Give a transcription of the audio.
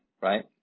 right